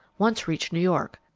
once reach new york!